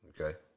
okay